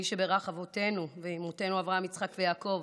מי שבירך אבותינו ואימותינו אברהם יצחק ויעקב,